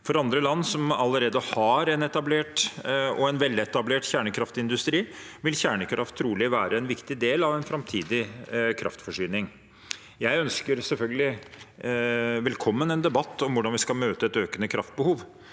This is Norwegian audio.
For andre land som allerede har en etablert og en veletablert kjernekraftindustri, vil kjernekraft trolig være en viktig del av en framtidig kraftforsyning. Jeg ønsker selvfølgelig velkommen en debatt om hvordan vi skal møte et økende kraftbehov,